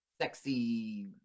Sexy